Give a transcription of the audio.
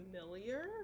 familiar